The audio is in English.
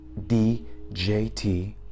DJT